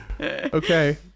okay